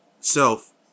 self